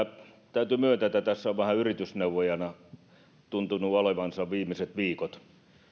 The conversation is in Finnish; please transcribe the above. täytyy myöntää että tässä on vähän yritysneuvojana tuntenut olevansa viimeiset viikot